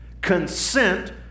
Consent